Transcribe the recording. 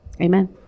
Amen